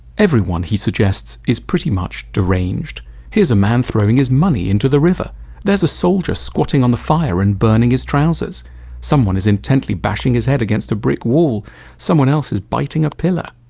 everyone, he suggests, is pretty much deranged here's a man throwing his money into the river there's a soldier squatting on the fire and burning his trousers someone is intently bashing his head against a brick wall someone else is biting a pillar.